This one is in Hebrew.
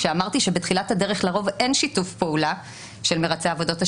כשאמרתי שבתחילת הדרך לרוב אין שיתוף פעולה של מרצה עבודות השירות,